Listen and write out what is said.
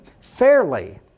fairly